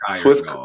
Swiss